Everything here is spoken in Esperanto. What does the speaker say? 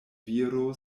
viro